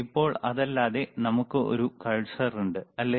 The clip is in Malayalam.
ഇപ്പോൾ അതല്ലാതെ നമ്മൾക്ക് കഴ്സർ ഉണ്ട് അല്ലേ